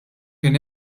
kien